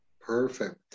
Perfect